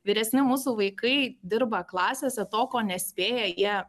vyresni mūsų vaikai dirba klasėse to ko nespėja